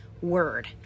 word